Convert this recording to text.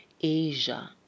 Asia